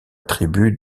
tribu